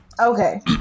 Okay